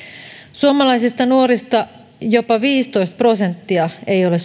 suomalaisista nuorista jopa viisitoista prosenttia ei ole